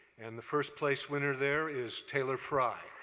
and the first place winner there is taylor fry.